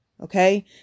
okay